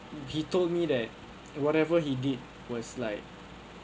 he told me that whatever he did was like